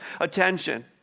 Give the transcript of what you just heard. attention